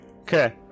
Okay